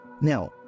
Now